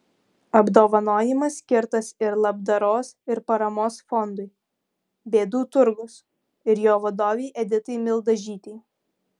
apdovanojimas skirtas ir labdaros ir paramos fondui bėdų turgus ir jo vadovei editai mildažytei